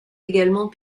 également